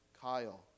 Kyle